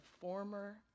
former